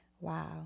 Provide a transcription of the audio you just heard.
Wow